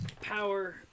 power